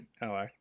Hello